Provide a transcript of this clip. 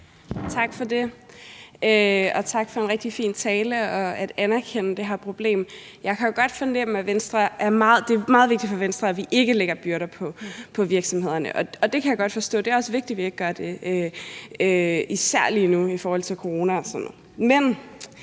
Tak for det. Og tak for en rigtig fin tale og for at anerkende det her problem. Jeg kan jo godt fornemme, at det er meget vigtigt for Venstre, at vi ikke lægger byrder på virksomhederne, og det kan jeg godt forstå – det er også vigtigt, at vi ikke gør det, især i denne tid med coronaen.